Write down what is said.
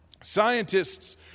Scientists